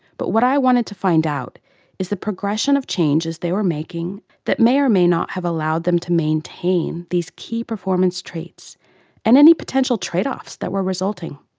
but what i wanted to find out is the progression of changes they were making that may or may not have allowed them to maintain these key performance traits and any potential trade-offs that were resulting.